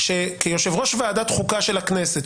כיושב-ראש ועדת החוקה של הכנסת,